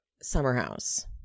Summerhouse